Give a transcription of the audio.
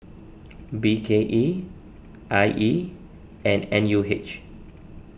B K E I E and N U H